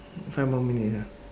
five more minute ah